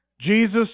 Jesus